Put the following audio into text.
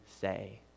say